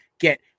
get